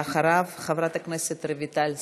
ואחריו, חברת הכנסת רויטל סויד,